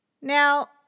Now